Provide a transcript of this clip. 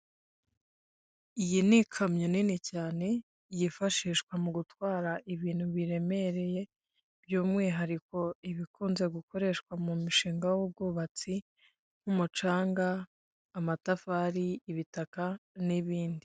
Iyi ni ikamyo nini cyane, yifashishwa mu gutwara ibintu biremereye by'umwihariko bikunze gukoreshwa mu mushinga w'ubwubatsi, nk'umucanga, amatafari, ibitaka n'ibindi.